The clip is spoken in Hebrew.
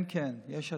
כן, כן, יש עתיד,